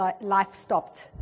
life-stopped